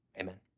Amen